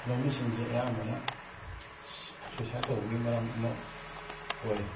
ꯂꯧꯃꯤꯁꯤꯡꯁꯦ ꯑꯌꯥꯝꯕꯅ ꯁꯨꯏꯁꯥꯠ ꯇꯧꯕꯒꯤ ꯃꯔꯝ ꯑꯃ ꯑꯣꯏ